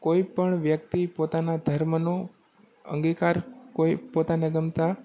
કોઈ પણ વ્યક્તિ પોતાના ધર્મનો અંગીકાર કોઈ પોતાને ગમતા